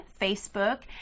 Facebook